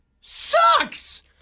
sucks